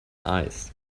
eyes